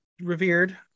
revered